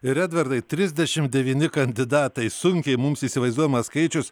ir edvardai trisdešim devyni kandidatai sunkiai mums įsivaizduojamas skaičius